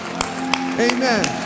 amen